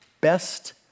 best